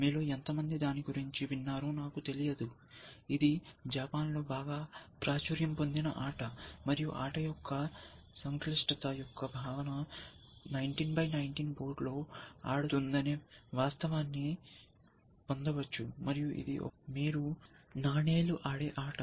మీలో ఎంతమంది దాని గురించి విన్నారో నాకు తెలియదు ఇది జపాన్లో బాగా ప్రాచుర్యం పొందిన ఆట మరియు ఆట యొక్క సంక్లిష్టత యొక్క భావన 19 x 19 బోర్డులో ఆడుతుందనే వాస్తవాన్ని పొందవచ్చు మరియు ఇది ఒక మీరు నాణేలు ఆడే ఆట